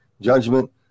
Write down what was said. judgment